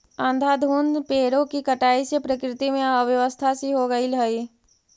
अंधाधुंध पेड़ों की कटाई से प्रकृति में अव्यवस्था सी हो गईल हई